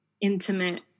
intimate